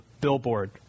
billboard